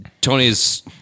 Tony's